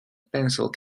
pencil